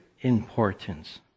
importance